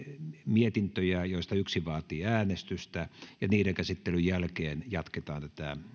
mietintöjä joista yksi vaatii äänestystä ja niiden käsittelyn jälkeen jatketaan tätä